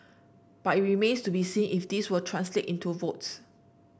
but it remains to be seen if this will translate into votes